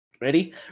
Ready